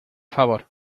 favor